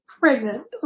pregnant